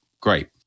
great